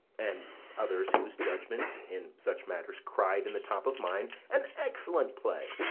and others, whose judgments in such matters cried in the top of mine an excellent play,